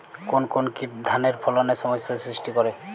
কোন কোন কীট ধানের ফলনে সমস্যা সৃষ্টি করে?